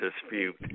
dispute